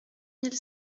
mille